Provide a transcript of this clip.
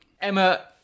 emma